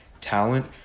talent